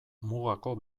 mugako